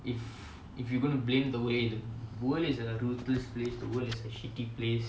if if you gonna blame the way the world is a ruthless place the world is a shitty place